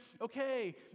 okay